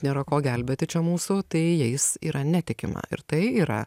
nėra ko gelbėti čia mūsų tai jais yra netikima ir tai yra